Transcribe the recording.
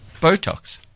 Botox